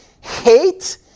hate